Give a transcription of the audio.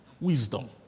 wisdom